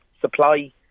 supply